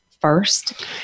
first